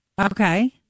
Okay